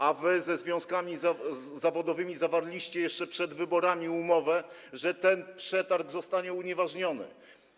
A wy ze związkami zawodowymi zawarliście jeszcze przed wyborami umowę, że ten przetarg zostanie unieważniony.